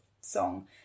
song